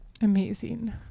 amazing